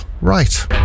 Right